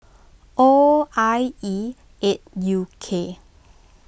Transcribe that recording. O I E eight U K